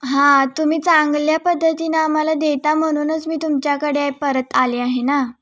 हां तुम्ही चांगल्या पद्धतीने आम्हाला देता म्हणूनच मी तुमच्याकडे परत आले आहे ना